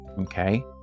Okay